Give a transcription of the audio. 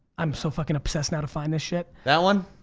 i'm so fuckin' obsessed now to find this shit. that one?